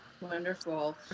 Wonderful